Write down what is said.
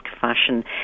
fashion